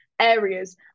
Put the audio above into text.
areas